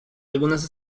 algunas